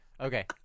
Okay